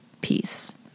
peace